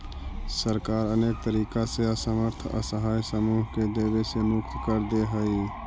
सरकार अनेक तरीका से असमर्थ असहाय समूह के देवे से मुक्त कर देऽ हई